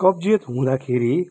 कब्जियत हुँदाखेरि